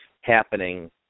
happening